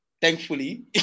Thankfully